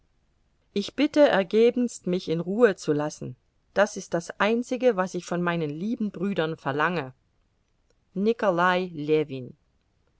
ich bitte ergebenst mich in ruhe zu lassen das ist das einzige was ich von meinen lieben brüdern verlange nikolai ljewin